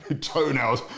toenails